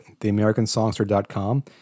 theamericansongster.com